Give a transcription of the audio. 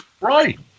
Right